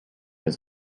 his